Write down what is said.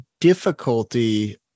difficulty